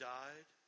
died